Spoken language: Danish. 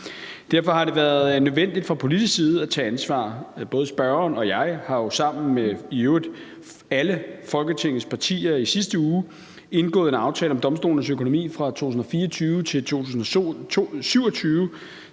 Derfor har det været nødvendigt fra politisk side at tage ansvar. Både spørgeren og jeg har jo, i øvrigt sammen med alle Folketingets partier, i sidste uge indgået en aftale om domstolenes økonomi fra 2024 til 2027,